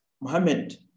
Mohammed